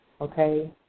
Okay